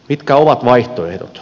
mitkä ovat vaihtoehdot